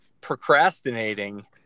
procrastinating